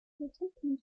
attempting